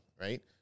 Right